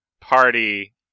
party